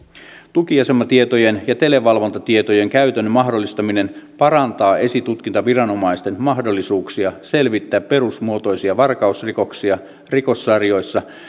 tukiasematietojen ja televalvontatietojen käytön mahdollistaminen parantaa esitutkintaviranomaisten mahdollisuuksia selvittää perusmuotoisia varkausrikoksia rikossarjoissa